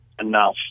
enough